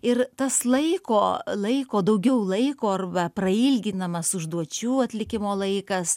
ir tas laiko laiko daugiau laiko arba prailginamas užduočių atlikimo laikas